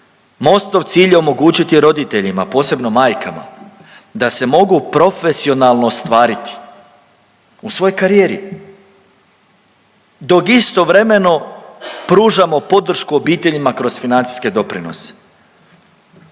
Mostov cilj omogućiti roditeljima, posebno majkama da se mogu profesionalno ostvariti u svojoj karijeri dok istovremeno pružamo podršku obiteljima kroz financijske doprinose.